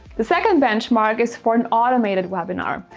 the second benchmark is for an automated webinar.